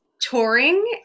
touring